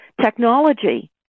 technology